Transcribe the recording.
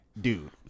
dude